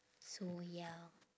so ya